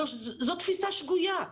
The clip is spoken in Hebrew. זאת תפיסה שגויה,